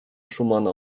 szumana